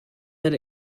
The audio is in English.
that